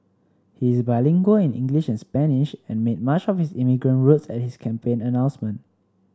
he is bilingual in English and Spanish and made much of his immigrant roots at his campaign announcement